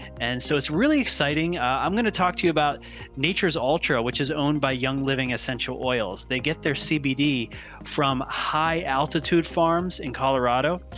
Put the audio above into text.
and so it's really exciting. i'm going to talk to you about nature's altria, which is owned by young living essential oils, they get their cbd from high altitude farms in colorado,